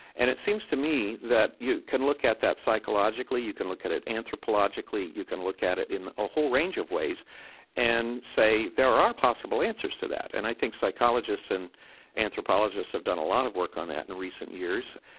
and it seems to me that you can look at that psychologically, you can look at it anthropologically, you can look at it in a whole range of ways and say there are possible answers to that. and i think psychologists and anthropologists have done a lot of work on that in recent years,